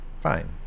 fine